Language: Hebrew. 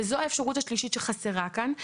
וזו האפשרות השלישית שחסרה כאן,